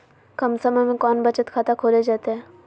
कम समय में कौन बचत खाता खोले जयते?